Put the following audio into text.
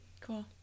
Cool